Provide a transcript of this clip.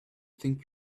think